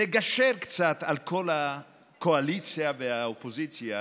לגשר קצת על כל הקואליציה והאופוזיציה